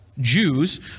Jews